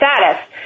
status